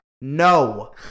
No